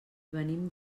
venim